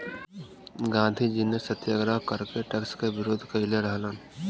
गांधीजी ने सत्याग्रह करके टैक्स क विरोध कइले रहलन